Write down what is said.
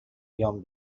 beyond